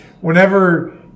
whenever